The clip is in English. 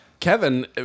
Kevin